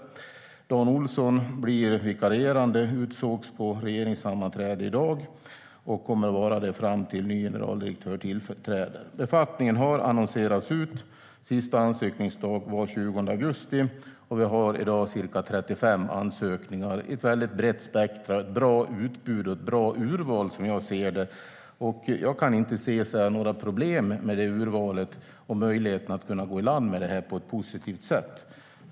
Dan Ohlsson utsågs på regeringssammanträdet i dag till vikarierande gd och kommer att vara det tills ny generaldirektör tillträder. Befattningen har annonserats ut. Sista ansökningsdag var den 20 augusti. Vi har fått ca 35 ansökningar. Det är ett väldigt brett spektrum, ett bra utbud och ett bra urval, som jag ser det. Jag kan inte se några problem med det urvalet och möjligheten att gå i land med det här på ett positivt sätt.